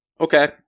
Okay